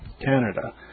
Canada